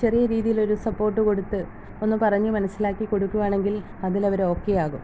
ചെറിയ രീതിയിലൊരു സപ്പോർട്ട് കൊടുത്ത് ഒന്ന് പറഞ്ഞ് മനസ്സിലാക്കി കൊടുക്കുവാണെങ്കിൽ അതിൽ അവർ ഓക്കെ ആകും